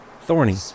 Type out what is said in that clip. Thorny